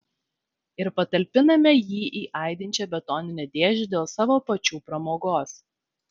ir patalpiname jį į aidinčią betoninę dėžę dėl savo pačių pramogos